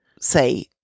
say